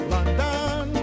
London